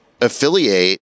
affiliate